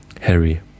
Harry